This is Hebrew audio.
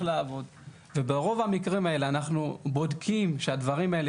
לעבוד פה.." וברוב המקרים האלו אנחנו בודקים שהדברים האלה